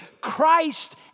Christ